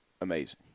Amazing